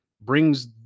brings